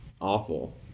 awful